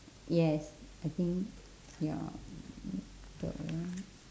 yes I think ya the one